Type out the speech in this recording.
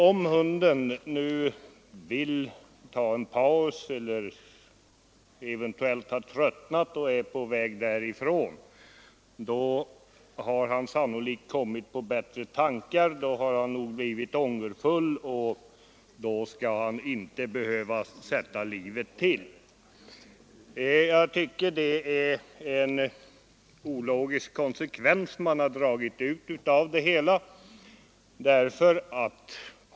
Om hunden nu vill ta en paus eller eventuellt har tröttnat och är på väg därifrån har han sannolikt kommit på bättre tankar, då har han nog blivit ångerfull och då skall han inte behöva sätta livet till. Jag tycker att det är en ologisk konsekvens man har dragit ut av det hela.